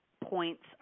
points